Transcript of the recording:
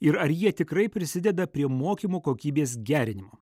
ir ar jie tikrai prisideda prie mokymo kokybės gerinimo